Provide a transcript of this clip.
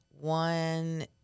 One